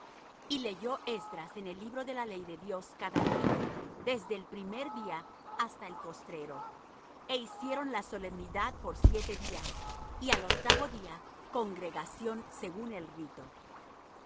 y leyó esdras en el libro de la ley de dios cada día desde el primer día hasta el postrero é hicieron la solemnidad por siete días y al octavo día congregación según el rito y